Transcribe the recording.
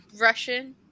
Russian